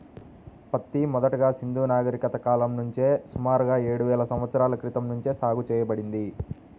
పత్తి మొదటగా సింధూ నాగరికత కాలం నుంచే సుమారుగా ఏడువేల సంవత్సరాల క్రితం నుంచే సాగు చేయబడింది